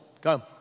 come